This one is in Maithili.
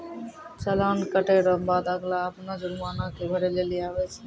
चालान कटे रो बाद अगला अपनो जुर्माना के भरै लेली आवै छै